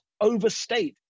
overstate